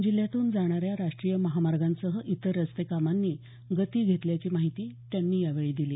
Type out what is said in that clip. जिल्ह्यातून जाणाऱ्या राष्ट्रीय महामार्गांसह इतर रस्ते कामांनी गती घेतल्याची माहिती त्यांनी यावेळी दिली